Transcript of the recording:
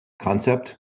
concept